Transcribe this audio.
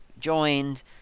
joined